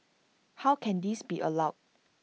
how can this be allowed